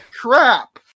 Crap